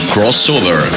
Crossover